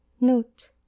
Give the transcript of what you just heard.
Note